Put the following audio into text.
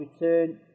return